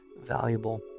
valuable